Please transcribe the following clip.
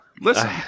Listen